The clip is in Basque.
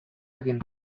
egin